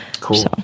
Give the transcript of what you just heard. Cool